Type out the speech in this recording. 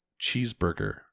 cheeseburger